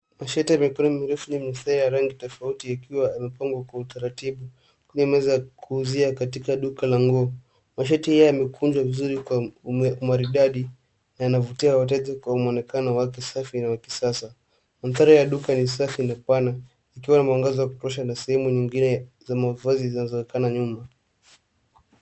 Mashati ya mikono mirefu na mistari ya rangi tofauti yakiwa yamepangwa kwa utaratibu kwenye meza ya kuuzia katika duka la nguo. Mashati haya yamekunjwa vizuri kwa umaridadi na yanavutia wateja kwa muonekano wake safi na wa kisasa. Mandhari ya duka ni safi na pana yakiwa na mwangaza wa kutosha na sehemu nyingine ya mavazi zinazoonekana nyuma.